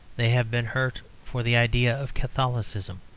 they have been hurt for the idea of catholicism.